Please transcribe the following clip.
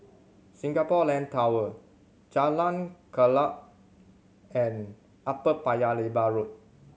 Singapore Land Tower Jalan Klapa and Upper Paya Lebar Road